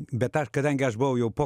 bet aš kadangi aš buvau jau po